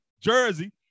jersey